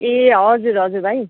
ए हजुर हजुर भाइ